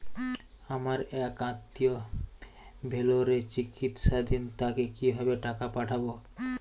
আমার এক আত্মীয় ভেলোরে চিকিৎসাধীন তাকে কি ভাবে টাকা পাঠাবো?